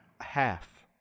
half